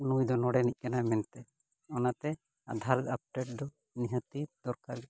ᱱᱩᱭ ᱫᱚ ᱱᱚᱰᱮᱱᱤᱡ ᱠᱟᱱᱟᱭ ᱢᱮᱱᱛᱮ ᱚᱱᱟᱛᱮ ᱟᱫᱷᱟᱨ ᱟᱯᱰᱮᱴ ᱫᱚ ᱱᱤᱦᱟᱹᱛ ᱜᱮ ᱫᱚᱨᱠᱟᱨ